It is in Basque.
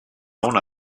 ona